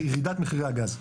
ירידת מחירי הגז.